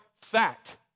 fact